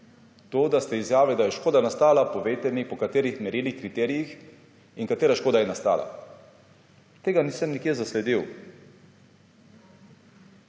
To, da ste izjavili, da je škoda nastala, povejte mi, po katerih merilih, kriterijih in katera škoda je nastala. Tega nisem nikjer zasledil.